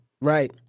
right